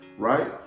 Right